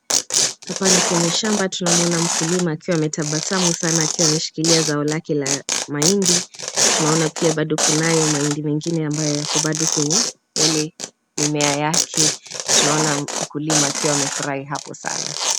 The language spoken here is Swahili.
Hapa ni kwenye shamba. Tunamuona mkulima akiwa ametabasamu sana akiwa ameshkilia zao lake la mahindi. Tunaona pia bado kunayo mahindi mengine ambayo yako bado kwenye ile mimea yake. Tunaona mkulima akiwa amefurahi hapo sana.